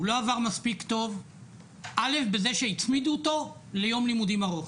הוא לא עבר מספיק טוב בגלל שהצמידו אותו ליום לימודים ארוך.